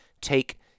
take